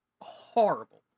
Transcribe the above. horrible